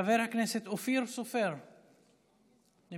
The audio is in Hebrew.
חבר הכנסת אופיר סופר, נמצא?